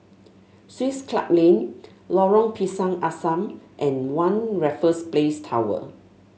Swiss Club Lane Lorong Pisang Asam and One Raffles Place Tower